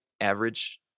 average